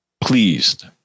pleased